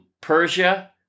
Persia